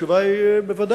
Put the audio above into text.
התשובה היא בוודאי.